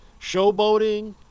showboating